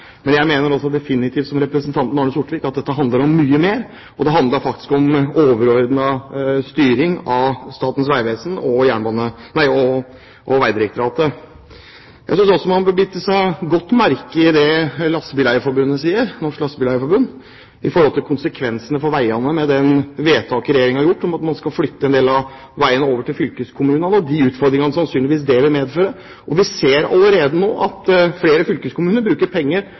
Men også jeg mener definitivt, som representanten Arne Sortevik, at dette handler om mye mer; det handler faktisk om overordnet styring av Statens vegvesen og Vegdirektoratet. Jeg synes også man bør bite seg godt merke i det Norges Lastebileier Forbund sier om konsekvensene for veiene med det vedtaket Regjeringen har gjort om at man skal flytte en del av veiene over til fylkeskommunene, med de utfordringene dette sannsynligvis vil medføre. Vi ser allerede nå at flere fylkeskommuner bruker penger